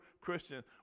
Christian